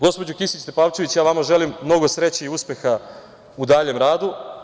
Gospođo Kisić Tepavčević, ja vama želim mnogo sreće i uspeha u daljem radu.